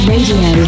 Radio